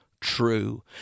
true